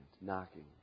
knocking